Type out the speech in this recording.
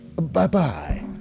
bye-bye